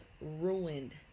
ruined